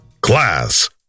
Class